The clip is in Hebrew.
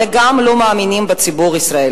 אלא הם גם לא מאמינים בציבור הישראלי.